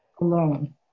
alone